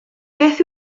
beth